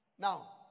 Now